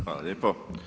Hvala lijepo.